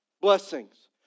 Blessings